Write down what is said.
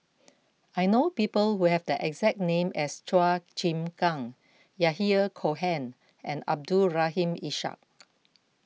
I know people who have the exact name as Chua Chim Kang Yahya Cohen and Abdul Rahim Ishak